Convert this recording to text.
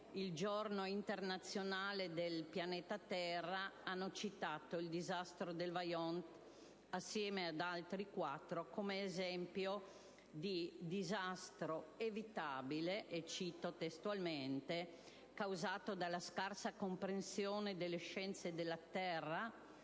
il giorno internazionale del pianeta terra, hanno citato il disastro del Vajont assieme ad altri quattro come esempio di disastro evitabile, causato dalla scarsa comprensione delle scienze della terra